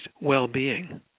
well-being